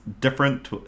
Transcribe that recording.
different